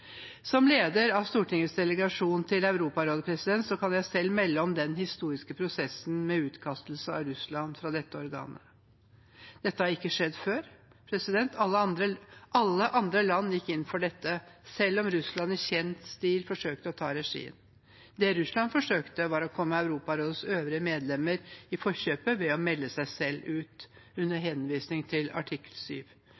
Som leder av Stortingets delegasjon til Europarådet kan jeg selv melde om den historiske prosessen med utkastelse av Russland fra dette organet. Det har ikke skjedd før. Alle andre land gikk inn for dette, selv om Russland i kjent stil forsøkte å ta regien. Det Russland forsøkte, var å komme Europarådets øvrige medlemmer i forkjøpet ved å melde seg selv ut, under